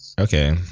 Okay